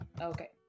Okay